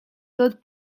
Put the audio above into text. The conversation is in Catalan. tot